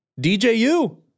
DJU